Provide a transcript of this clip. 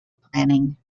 planning